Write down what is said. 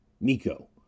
Miko